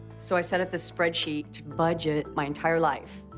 so i set up this spreadsheet to budget my entire life,